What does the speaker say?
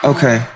Okay